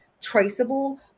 traceable